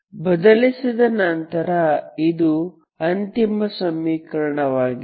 ಬದಲಿಸಿದ ನಂತರ ಇದು ಅಂತಿಮ ಸಮೀಕರಣವಾಗಿದೆ